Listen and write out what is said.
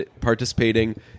participating